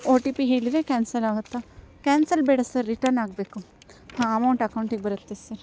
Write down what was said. ಒ T P ಹೇಳಿದ್ರೆ cancel ಆಗುತ್ತಾ cancel ಬೇಡ ಸರ್ ರಿಟರ್ನ್ ಆಗಬೇಕು ಹಾಂ ಅಮೌಂಟ್ ಅಕೌಂಟಿಗೆ ಬರುತ್ತೆ ಸರ್